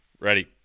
Ready